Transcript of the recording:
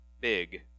big